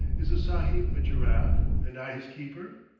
is the sahib a giraffe and i his keeper?